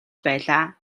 байлаа